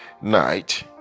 night